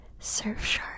Surfshark